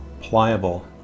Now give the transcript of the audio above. pliable